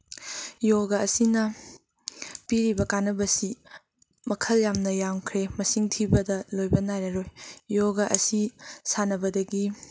ꯌꯣꯒ ꯑꯁꯤꯅ ꯄꯤꯔꯤꯕ ꯀꯥꯅꯕꯁꯤ ꯃꯈꯜ ꯌꯥꯝꯅ ꯌꯥꯝꯈ꯭ꯔꯦ ꯃꯁꯤꯡ ꯊꯤꯕꯗ ꯂꯣꯏꯕ ꯅꯥꯏꯔꯔꯣꯏ ꯌꯣꯒ ꯑꯁꯤ ꯁꯥꯟꯅꯕꯗꯒꯤ